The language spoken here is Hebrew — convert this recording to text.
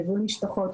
ליווי משפחות,